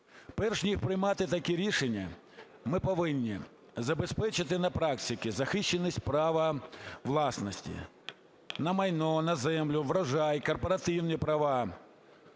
Перш ніж приймати такі рішення, ми повинні забезпечити на практиці захищеність права власності на майно, на землю, врожай, корпоративні права